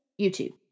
YouTube